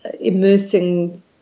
immersing